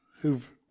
who've